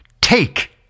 take